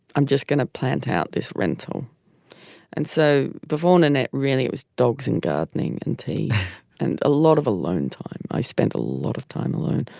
i'm just going to plant out this rental and so the phone and it really it was dogs and gardening and tea and a lot of alone time. i spent a lot of time alone.